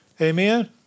Amen